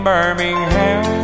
Birmingham